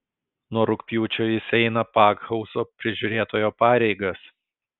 nuo rugpjūčio jis eina pakhauzo prižiūrėtojo pareigas